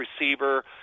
receiver